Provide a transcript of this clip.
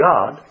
God